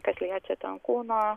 kas liečia ten kūno